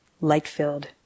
light-filled